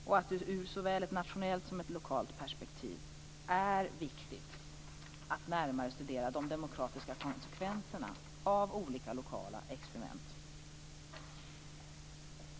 Såväl ur ett nationellt som ett lokalt perspektiv är det viktigt att närmare studera de demokratiska konsekvenserna av olika lokala experiment.